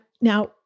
Now